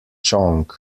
chong